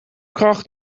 kracht